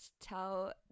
tell